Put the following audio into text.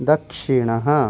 दक्षिणः